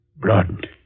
blood